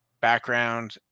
background